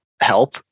help